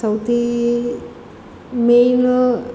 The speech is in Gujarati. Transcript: સૌથી મેઈન